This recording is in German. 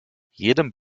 jedem